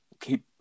keep